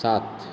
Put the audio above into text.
सात